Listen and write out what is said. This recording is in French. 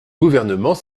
gouvernement